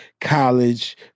college